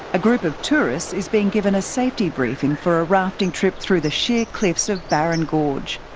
a group of tourists is being given a safety briefing for a rafting trip through the sheer cliffs of barron gorge.